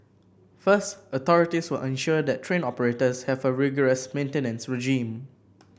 first authorities will ensure that train operators have a rigorous maintenance regime